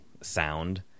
sound